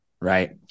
right